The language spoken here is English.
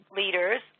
leaders